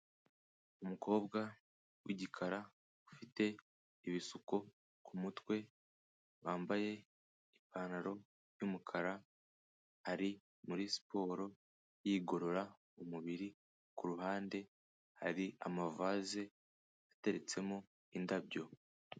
Umukobwa w'igikara ufite ibisuko ku mutwe wambaye ipantaro y'umukara ari muri siporo yigorora umubiri, ku ruhande hari amavaze ateretsemo indabyo.